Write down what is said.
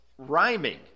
rhyming